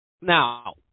Now